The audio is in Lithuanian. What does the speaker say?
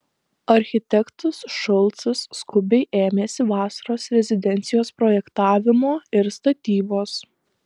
architektas šulcas skubiai ėmėsi vasaros rezidencijos projektavimo ir statybos